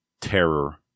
terror